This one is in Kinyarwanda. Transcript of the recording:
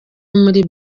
muri